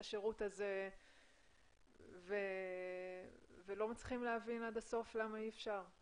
השירות הזה ולא מצליחים להבין עד הסוף למה אי אפשר.